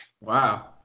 wow